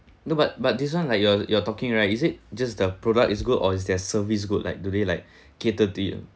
no but but this one like you're you're talking right is it just the product is good or is their service is good like do they like cater to you